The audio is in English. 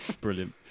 Brilliant